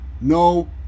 no